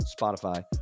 spotify